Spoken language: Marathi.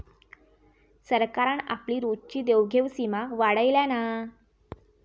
सरकारान आपली रोजची देवघेव सीमा वाढयल्यान हा